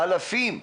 אלפים,